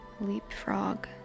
Leapfrog